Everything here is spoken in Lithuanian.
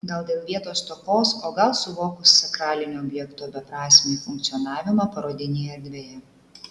gal dėl vietos stokos o gal suvokus sakralinio objekto beprasmį funkcionavimą parodinėje erdvėje